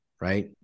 right